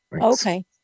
Okay